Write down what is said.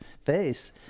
face